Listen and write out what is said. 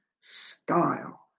style